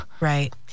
Right